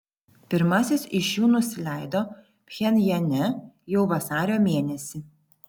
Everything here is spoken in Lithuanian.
pirmasis iš jų nusileido pchenjane jau vasario mėnesį